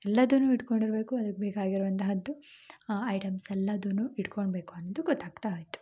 ಎಲ್ಲದನ್ನು ಇಟ್ಕೊಂಡಿರಬೇಕು ಅದಕ್ಕೆ ಬೇಕಾಗಿರುವಂತಹದ್ದು ಐಟೆಮ್ಸ್ ಎಲ್ಲದನ್ನ ಇಡ್ಕೊಳ್ಬೇಕು ಅನ್ನೋದು ಗೊತ್ತಾಗ್ತಾ ಹೊಯಿತು